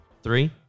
Three